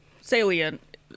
salient